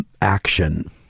action